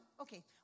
Okay